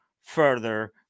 further